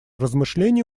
размышления